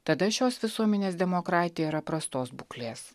tada šios visuomenės demokratija yra prastos būklės